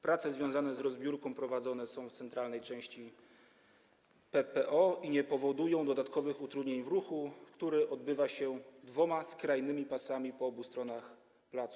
Prace związane z rozbiórką prowadzone są w centralnej części PPO i nie powodują dodatkowych utrudnień w ruchu, który odbywa się dwoma skrajnymi pasami po obu stronach placu.